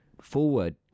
forward